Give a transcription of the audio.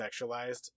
sexualized